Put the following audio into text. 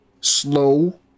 slow